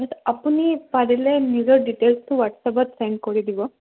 আপুনি পাৰিলে নিজৰ ডিটেইলচটো হোৱাটছএপত চেণ্ড কৰি দিব